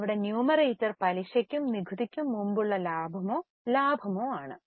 അവിടെ ന്യൂമറേറ്റർ പലിശയ്ക്കും നികുതിയ്ക്കും മുമ്പുള്ള ലാഭമോ ലാഭമോ ആണ്